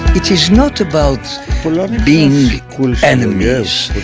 it's it's not about being enemies.